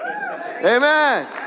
Amen